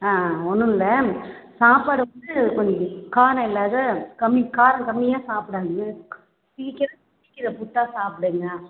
ஆ ஆ ஒன்னுமில்ல சாப்பாடு வந்து கொஞ்சம் காரம் இல்லாம கம்மி காரம் கம்மியாக சாப்பிடணும் சீக்கிரம் செரிக்கிற ஃபுட்டாக சாப்பிடுங்க